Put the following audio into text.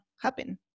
happen